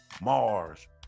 Mars